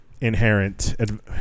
Inherent